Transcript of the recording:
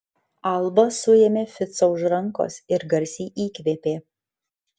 alba suėmė ficą už rankos ir garsiai įkvėpė